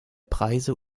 preise